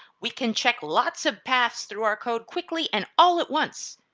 we can check lots of paths through our code quickly and all at once.